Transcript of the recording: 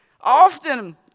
Often